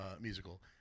Musical